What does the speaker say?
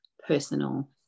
personal